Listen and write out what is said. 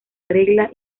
regla